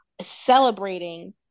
celebrating